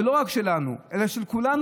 לא רק שלנו אלא של כולנו,